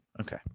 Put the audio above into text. Okay